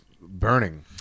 burning